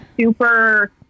super